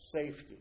Safety